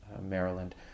Maryland